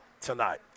tonight